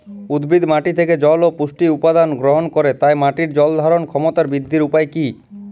উদ্ভিদ মাটি থেকে জল ও পুষ্টি উপাদান গ্রহণ করে তাই মাটির জল ধারণ ক্ষমতার বৃদ্ধির উপায় কী?